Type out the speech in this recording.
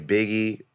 Biggie